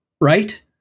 right